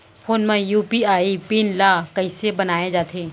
Phone म UPI PIN ल कइसे बनाये जाथे?